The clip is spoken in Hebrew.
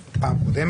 75 בבית אבות?